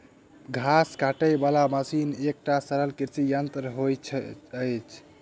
घास काटय बला मशीन एकटा सरल कृषि यंत्र होइत अछि